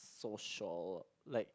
social like